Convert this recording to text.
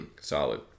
Solid